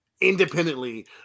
independently